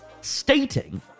stating